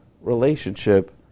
relationship